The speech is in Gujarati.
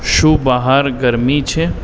શું બહાર ગરમી છે